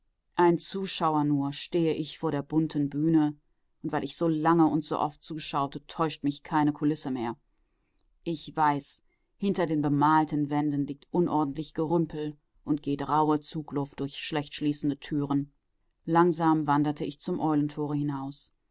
ein zuschauer nur stehe ich vor der bunten bühne und weil ich so lange und so oft zuschaute täuscht mich keine kulisse mehr ich weiß hinter den bemalten wänden liegt unordentlich gerümpel und geht rauhe zugluft durch schlecht schließende türen langsam wanderte ich zum eulentore hinaus